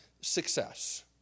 success